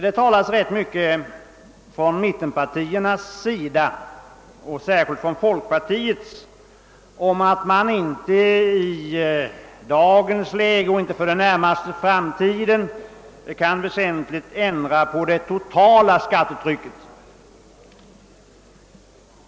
Det talas från mittenpartihåll och särskilt från folkpartiets representanter om att man inte i dagens läge och inte heller för den närmaste framtiden väsentligt kan ändra det totala skattetrycket.